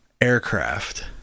aircraft